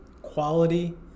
quality